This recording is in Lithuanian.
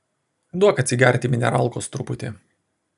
duok atsigerti mineralkos truputį